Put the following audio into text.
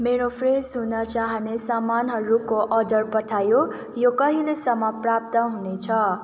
मेरो फ्रेस हुन चाहिने सामानहरूको अर्डर पठाइयो यो कहिलेसम्म प्राप्त हुनेछ